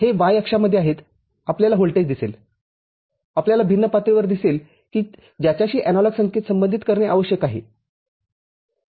हे वाय अक्षामध्ये आहेत आपल्याला व्होल्टेज दिसेल आपल्याला भिन्न पातळीवर दिसेल की ज्याच्याशी एनालॉग संकेत संबंधित असणे आवश्यक आहे